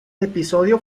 episodio